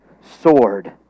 sword